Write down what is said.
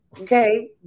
okay